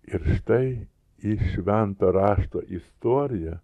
ir štai į švento rašto istoriją